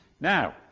Now